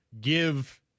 give